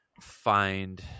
find –